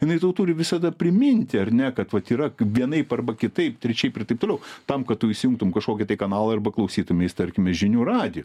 jinai tau turi visada priminti ar ne kad vat yra vienaip arba kitaip trečiaip ir taip toliau tam kad tu įsijungtum kažkokį tai kanalą arba klausytumeis tarkime žinių radiju